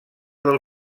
del